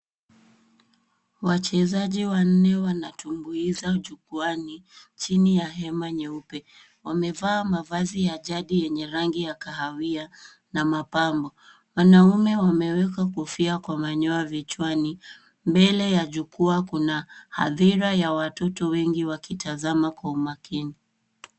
Wachezaji wanne wanatumbuiza jukwaani, chini ya hema nyeupe. Wamevaa mavazi ya jadi yenye rangi ya kahawia na mapambo. Wanaume wameweka kofia kwa manyoa vichwani. Mbele ya jukwa kuna hadhira ya watoto wengi wakitazama kwa umakini.